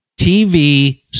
TV